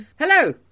Hello